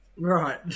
Right